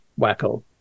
wacko